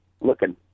looking